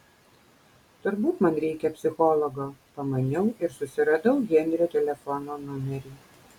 turbūt man reikia psichologo pamaniau ir susiradau henrio telefono numerį